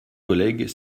collègues